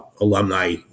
alumni